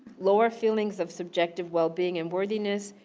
lower feelings of subjective well-being and worthiness,